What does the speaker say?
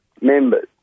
members